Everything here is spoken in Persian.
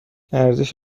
ارزش